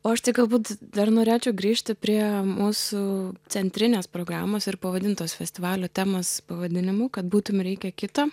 o aš tai galbūt dar norėčiau grįžti prie mūsų centrinės programos ir pavadintos festivalio temos pavadinimu kad būtum reikia kito